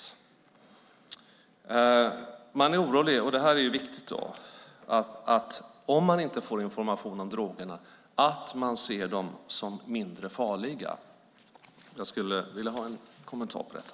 Detta är viktigt, för man är orolig att barn och ungdomar ser droger som mindre farliga om de inte får information om dem. Jag skulle vilja ha en kommentar till detta.